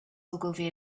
ogilvy